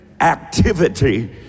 activity